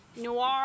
Noir